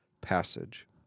passage